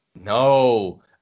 No